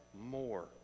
more